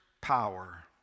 power